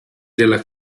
della